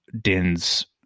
Dins